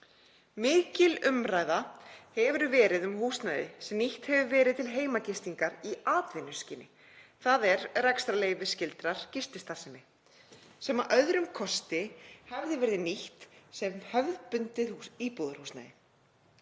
Mikil umræða hefur verið um húsnæði sem nýtt hefur verið til heimagistingar í atvinnuskyni, þ.e. rekstrarleyfisskyldrar gististarfsemi, sem að öðrum kosti hefði verið nýtt sem hefðbundið íbúðarhúsnæði.